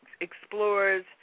explores